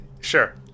Sure